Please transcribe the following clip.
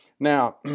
Now